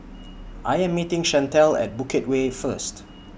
I Am meeting Chantelle At Bukit Way First